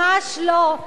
ממש לא.